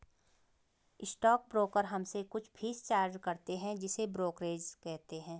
stock broker हमसे कुछ fees charge करते हैं जिसे ब्रोकरेज कहते हैं